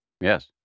yes